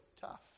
tough